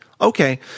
Okay